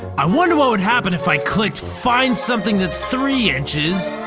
i wonder what would happen if i clicked, find something that's three inches,